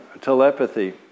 telepathy